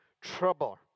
trouble